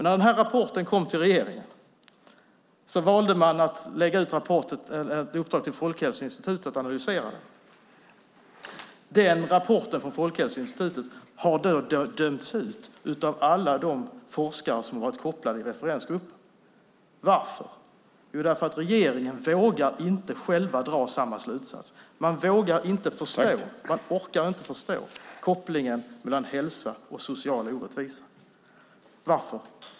När denna rapport kom till regeringen valde man att ge ett uppdrag till Folkhälsoinstitutet att analysera den. Rapporten från Folkhälsoinstitutet har dömts ut av alla forskare som har varit kopplade till en referensgrupp. Varför? Jo, därför att regeringen inte själv vågar dra samma slutsats. Man vågar inte och orkar inte förstå kopplingen mellan hälsa och social orättvisa. Varför?